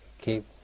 keep